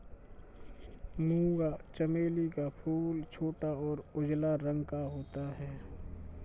मूंगा चमेली का फूल छोटा और उजला रंग का होता है